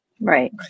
Right